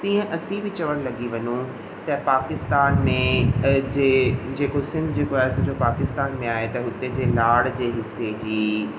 तीअं असीं बि चवणु लॻी वञूं त पाकिस्तान में अॼु जेको सिंध जेको आहे असांजो पाकिस्तान में आहे त हुते जे लाड़ जे हिसे जी